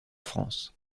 france